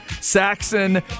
Saxon